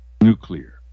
nuclear